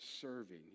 serving